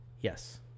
Yes